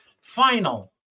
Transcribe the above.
final